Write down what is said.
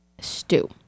stew